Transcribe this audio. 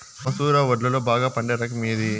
మసూర వడ్లులో బాగా పండే రకం ఏది?